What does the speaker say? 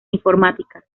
informática